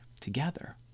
together